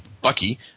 Bucky